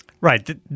Right